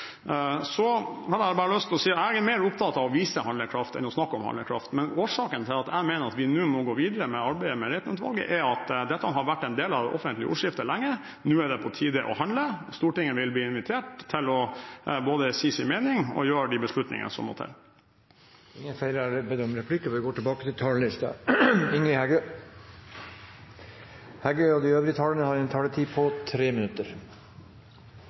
Så har jeg bare lyst til å si at jeg er mer opptatt av å vise handlekraft enn av å snakke om handlekraft. Årsaken til at jeg mener at vi nå må gå videre i arbeidet med Reiten-utvalget, er at dette har vært en del av det offentlige ordskiftet lenge. Nå er det på tide å handle. Stortinget vil bli invitert til både å si sin mening og gjøre de beslutninger som må til. Replikkordskiftet er omme. De talerne som heretter får ordet, har